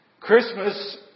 Christmas